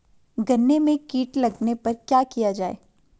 गन्ने में कीट लगने पर क्या किया जाये?